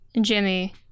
Jimmy